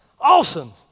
awesome